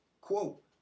Quote